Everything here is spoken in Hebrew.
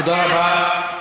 תודה רבה.